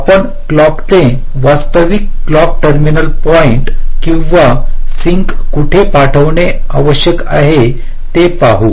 आपण क्लॉक ने वास्तविक क्लॉक टर्मिनल पॉईंट् किंवा सिंक कोठे पाठविणे आवश्यक आहे ते पाहू